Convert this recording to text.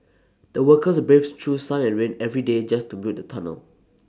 the workers braved through sun and rain every day just to build the tunnel